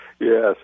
Yes